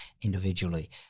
individually